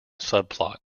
subplot